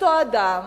אותו אדם